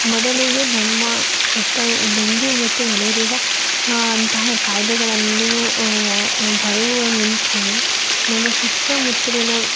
ಮೊದಲಿಗೆ ನಮ್ಮ ಸುತ್ತ ಡೆಂಗ್ಯೂ ಮತ್ತು ಮಲೇರಿಯಾ ಅಂತಹ ಖಾಯಿಲೆಗಳನ್ನು ಬರುವ ಮುಂಚೆಯೇ ನಮ್ಮ ಸುತ್ತಮುತ್ತಲಿನ